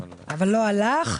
אבל לא הלך.